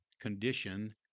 condition